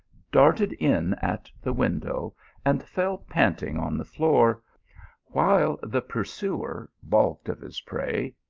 darted in at the window and fell panting on the floor while the pur suer, balked of his prey,